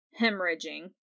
hemorrhaging